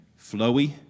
flowy